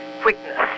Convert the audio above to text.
quickness